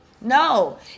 No